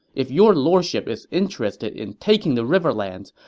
if your lordship is interested in taking the riverlands,